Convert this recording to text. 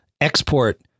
export